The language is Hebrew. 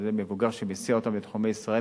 על-ידי מבוגר שמסיע אותם לתחומי ישראל